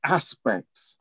aspects